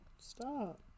Stop